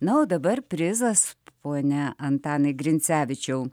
na o dabar prizas pone antanai grincevičiau